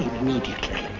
immediately